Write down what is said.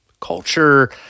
culture